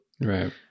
Right